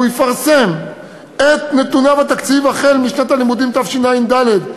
והוא יפרסם את נתוניו בתקציב החל משנת הלימודים תשע"ד,